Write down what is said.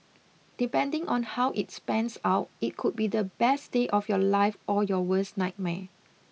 depending on how it pans out it could be the best day of your life or your worst nightmare